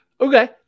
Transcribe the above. Okay